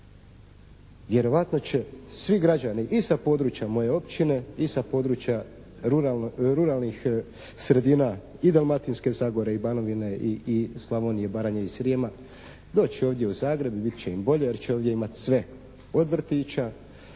vjerovatno će svi građani i sa područja moje općine i sa područja ruralnih sredina i Dalmatinske zagore i Banovine i Slavonije i Baranje i Srijema doći ovdje u Zagreb i bit će im bolje jer će ovdje imati sve od vrtića,